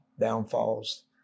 downfalls